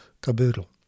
caboodle